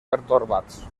pertorbats